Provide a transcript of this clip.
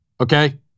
Okay